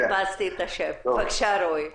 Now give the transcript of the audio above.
רועי.